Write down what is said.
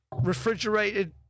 refrigerated